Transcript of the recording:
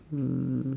um